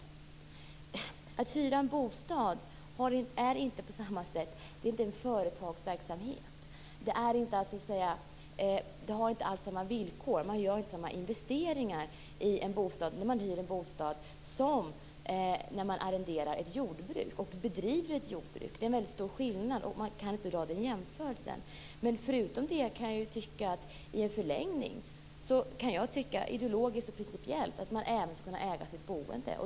Jag vill då påpeka att detta att hyra en bostad inte är en företagsverksamhet. Det är inte alls samma villkor. Man gör inte samma investeringar när man hyr en bostad som när man arrenderar och bedriver ett jordbruk. Det är stor skillnad, och man kan inte göra den jämförelsen. I en förlängning tycker jag ideologiskt och principiellt att man även skall kunna äga sitt boende.